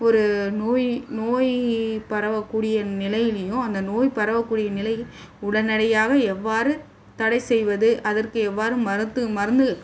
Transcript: ஒரு நோய் நோய் பரவக்கூடிய நிலையிலேயும் அந்த நோய் பரவக்கூடிய நிலையில் உடனடியாக எவ்வாறு தடை செய்வது அதற்கு எவ்வாறு மருத்துவம் மருந்து